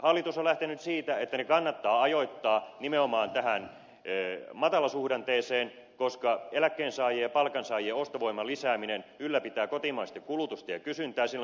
hallitus on lähtenyt siitä että ne kannattaa ajoittaa nimenomaan tähän matalasuhdanteeseen koska eläkkeensaajien ja palkansaajien ostovoiman lisääminen ylläpitää kotimaista kulutusta ja kysyntää silloin kun vienti ei vedä